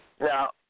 Now